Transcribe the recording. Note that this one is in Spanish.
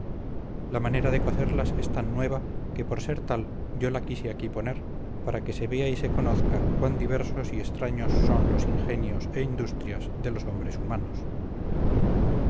la manera de cocerlas es tan nueva que por ser tal yo la quise aquí poner para que se vea y se conozca cuán diversos y extraños son los ingenios e industrias de los hombres humanos